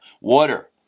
water